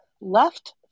left